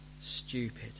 stupid